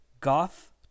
Goth